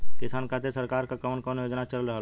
किसान खातिर सरकार क कवन कवन योजना चल रहल बा?